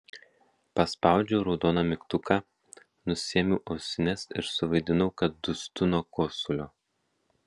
paspaudžiau raudoną mygtuką nusiėmiau ausines ir suvaidinau kad dūstu nuo kosulio